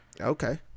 Okay